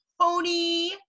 pony